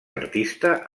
artista